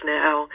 now